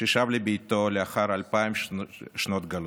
ששב לביתו לאחר אלפיים שנות גלות.